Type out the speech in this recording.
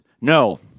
No